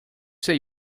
say